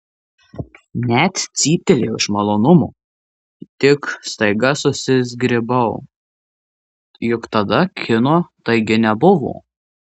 net cyptelėjau iš malonumo tik staiga susizgribau juk tada kino taigi nebuvo